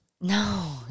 no